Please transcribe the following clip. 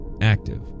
active